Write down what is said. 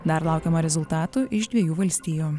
dar laukiama rezultatų iš dviejų valstijų